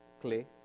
clay